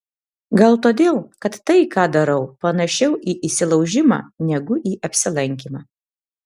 gal todėl kad tai ką darau panašiau į įsilaužimą negu į apsilankymą